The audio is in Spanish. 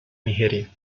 nigeria